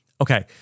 Okay